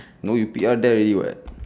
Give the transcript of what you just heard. no you P_R there already [what]